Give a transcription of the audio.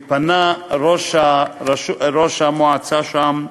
ראש המועצה שם,